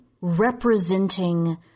representing